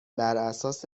براساس